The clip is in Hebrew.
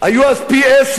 היו אז פי-עשרה,